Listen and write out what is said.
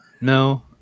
No